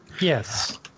Yes